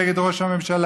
נגד ראש הממשלה,